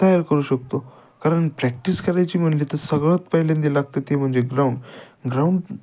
तयार करू शकतो कारण प्रॅक्टिस करायची म्हटली तर सगळ्यात पहिल्यांदा लागतं ते म्हणजे ग्राउंड ग्राउंड